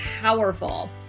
powerful